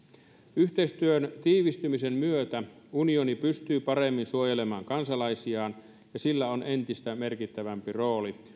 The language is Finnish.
yhteistyön tiivistymisen myötä unioni pystyy paremmin suojelemaan kansalaisiaan ja sillä on entistä merkittävämpi rooli